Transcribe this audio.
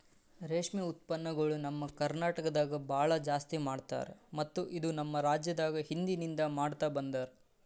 ರೇಷ್ಮೆ ಉತ್ಪನ್ನಗೊಳ್ ನಮ್ ಕರ್ನಟಕದಾಗ್ ಭಾಳ ಜಾಸ್ತಿ ಮಾಡ್ತಾರ ಮತ್ತ ಇದು ನಮ್ ರಾಜ್ಯದಾಗ್ ಹಿಂದಿನಿಂದ ಮಾಡ್ತಾ ಬಂದಾರ್